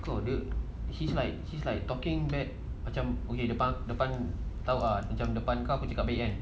betul she's like she's like talking bad macam okay depan aku depan kau dia cakap baik kan